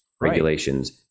regulations